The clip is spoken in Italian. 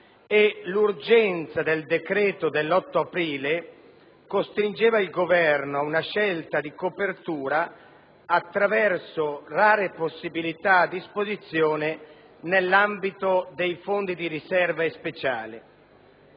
in legge del decreto-legge 8 aprile 2008, n. 61, costringeva il Governo ad una scelta di copertura attraverso rare possibilità a disposizione nell'ambito dei Fondi di riserva e speciali.